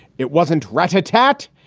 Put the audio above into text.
it wasn't ratatat.